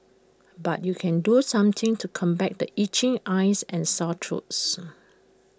but you can do some things to combat the itching eyes and sore throats